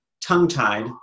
tongue-tied